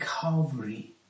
Calvary